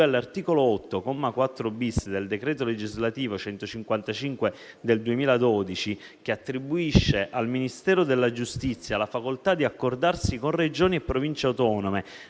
all'articolo 8, comma 4-*bis*, del decreto legislativo n. 155 del 2012, che attribuisce al Ministero della giustizia la facoltà di accordarsi con Regioni e Province autonome